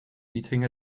eating